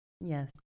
yes